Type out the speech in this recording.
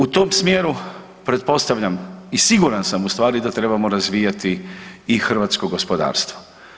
U tom smjeru pretpostavljam i siguran sam ustvari da trebamo razvijati i hrvatsko gospodarstvo.